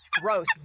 gross